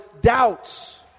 doubts